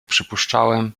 przypuszczałem